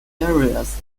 areas